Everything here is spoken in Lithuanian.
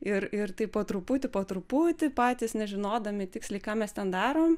ir ir taip po truputį po truputį patys nežinodami tiksliai ką mes ten darom